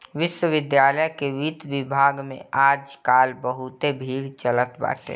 विश्वविद्यालय के वित्त विभाग में आज काल बहुते भीड़ चलत बाटे